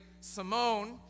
Simone